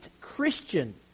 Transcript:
Christian